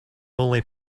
only